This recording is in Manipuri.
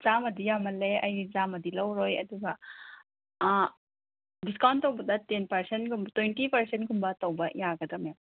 ꯆꯥꯃꯗꯤ ꯌꯥꯝꯃꯜꯂꯦ ꯑꯩ ꯆꯥꯃꯗꯤ ꯂꯧꯔꯣꯏ ꯑꯗꯨꯒ ꯗꯤꯁꯀꯥꯎꯟ ꯇꯧꯕꯗ ꯇꯦꯟ ꯄꯥꯔꯁꯟꯒꯨꯝꯕ ꯇ꯭ꯋꯦꯟꯇꯤ ꯄꯥꯔꯁꯟꯒꯨꯝꯕ ꯇꯧꯕ ꯌꯥꯒꯗ꯭ꯔ ꯃꯦꯝ